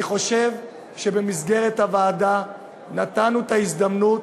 אני חושב שבמסגרת הוועדה נתנו את ההזדמנות